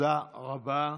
תודה רבה.